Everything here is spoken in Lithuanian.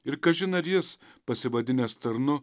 ir kažin ar jis pasivadinęs tarnu